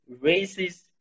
raises